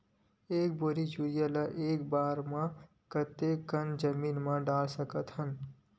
एक बोरी यूरिया ल एक बार म कते कन जमीन म डाल सकत हन?